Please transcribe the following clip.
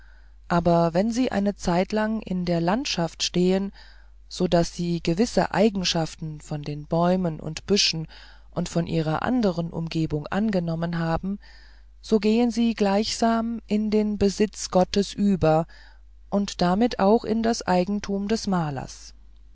aber wenn sie eine zeit lang in der landschaft stehen so daß sie gewisse eigenschaften von den bäumen und büschen und von ihrer anderen umgebung angenommen haben so gehen sie gleichsam in den besitz gottes über und damit auch in das eigentum des malers